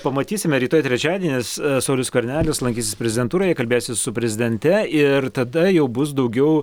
pamatysime rytoj trečiadienis saulius skvernelis lankysis prezidentūroje kalbėsis su prezidente ir tada jau bus daugiau